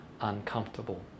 uncomfortable